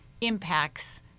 impacts